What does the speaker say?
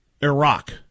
Iraq